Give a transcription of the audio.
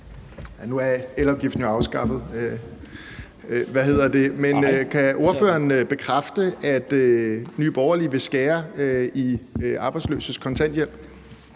Nu er elafgiften jo afskaffet. Men kan ordføreren bekræfte, at Nye Borgerlige vil skære i de arbejdsløses kontanthjælp?